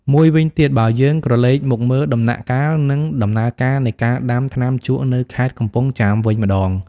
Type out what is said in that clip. មួយវិញទៀតបើយើងក្រលេកមកមើល ដំណាក់កាល និងដំណើរការនៃការដាំថ្នាំជក់នៅខេត្តកំពង់ចាមវិញម្តង។